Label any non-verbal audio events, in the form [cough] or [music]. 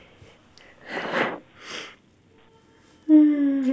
[laughs] mm